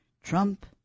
Trump